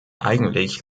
eigentlich